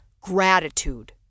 gratitude